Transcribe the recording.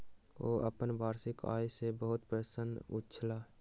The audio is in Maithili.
ओ अपन वार्षिक आय सॅ बहुत प्रसन्न छलाह